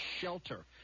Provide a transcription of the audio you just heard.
SHELTER